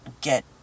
get